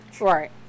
Right